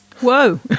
Whoa